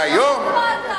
איפה אתה?